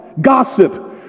gossip